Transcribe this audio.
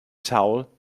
towel